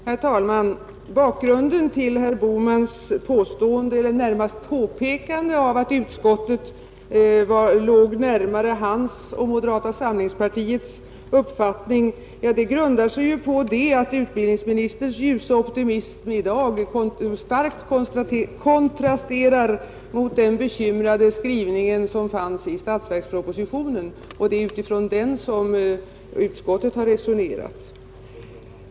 Herr talman! Bakgrunden till herr Bohmans påstående eller närmast påpekande av att utskottet låg närmare hans och moderata samlingspartiets uppfattning grundar sig ju på det förhållandet att utbildningsministerns ljusa optimism i dag starkt kontrasterar mot den bekymrade skrivning som fanns i statsverkspropositionen, och det är med utgångspunkt i den som utskottet har resonerat.